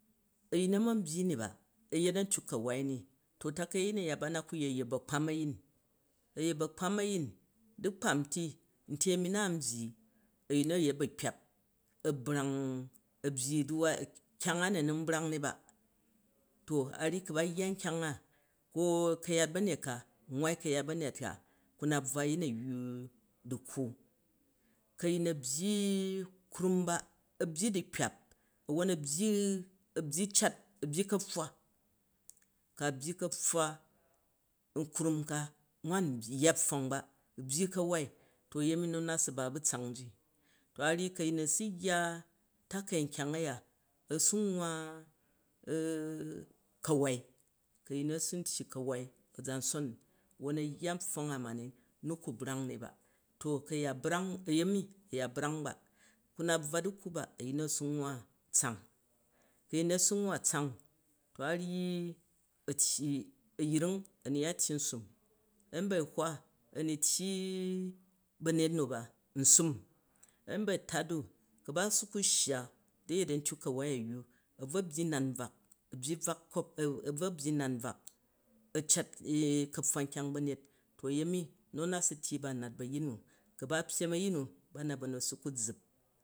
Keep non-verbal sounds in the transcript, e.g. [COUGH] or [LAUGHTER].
A̱yin nu a̱ man byyi ni ba a̱ yet a̱ntyok ka̱wai ni, takai a̱yin a̱ya ba na ku̱ yee a̱kpam a̱yin, a̱yet but akpam a̱yin, du̱kpam ti nti a̱mi na n byyi a̱yin nu a̱ yet ba̱kpyap a brang a̱ byyi du̱wat, kyang a na nun brang ni ba, to arryi ku ba yya nkyang a, ko ka̱yat ba̱nyet ka, nwaai ka̱yat ba̱nyet ka ka na brwa a̱yin a̱yyu du̱kkwu, ku a̱yin a̱ byyi krum ba a̱byyi du̱kpyap won a̱ byyi cat a̱ byyi ka̱pfwa, ka byyi ka̱pfwa nkrum ka wan a̱ yya pfong ba a̱ byyi ka̱wai, to a̱yemi nu a̱na su ba bu̱ tsang ji, to a ryyi ku a̱yin a̱su yya takai nkyang a̱ya, a̱su nwa ka̱wai ku a̱yin nu a̱su ntyi ka̱wai a̱za̱nson wwon a̱ yya npfong amam nu ku brang ni ba to ku a̱ya brang, a̱yemi a̱ ya brang ba, ku na brwa du̱kkwu ba a̱yin nu asu nwwa tsong ku a̱yin nu a̱ su nwwa tsang tpa ryyi a̱tyyi, a̱yring a̱nu ya tyyi nsam, a̱mba̱hwa a̱nu tyyi ba̱nyet nu bor nsum a̱nba̱tat n ku ba su ka shya na̱ yet a̱ntyok ka̱wai a̱yyu a̱bro byyi nan nbvak a̱ byyi bvak kpap a̱bvo byyi nan bvak a̱ cat ka̱pfwa nkyang ba̱nyet, a̱yemi nu a̱na tyyi ba nat ba̱ a̱yin nu, ku ba pyem a̱yin na anat ba̱nu a̱su ku zzup [HESITATION]